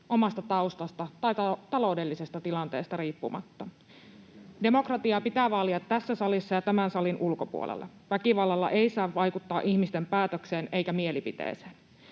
omasta taustasta tai taloudellisesta tilanteesta riippumatta. Demokratiaa pitää vaalia tässä salissa ja tämän salin ulkopuolella. Väkivallalla ei saa vaikuttaa ihmisten päätökseen eikä mielipiteeseen.